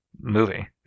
movie